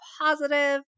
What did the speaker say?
positive